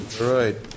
right